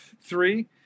Three